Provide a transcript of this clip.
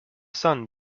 sun